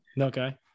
Okay